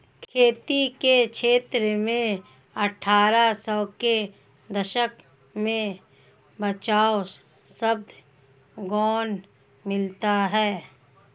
खेती के क्षेत्र में अट्ठारह सौ के दशक में बचाव शब्द गौण मिलता है